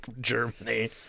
Germany